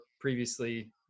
previously